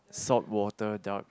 salt water duck